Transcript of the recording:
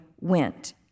went